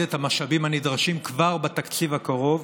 את המשאבים הנדרשים כבר בתקציב הקרוב